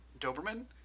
Doberman